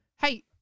Hey